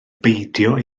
beidio